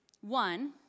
One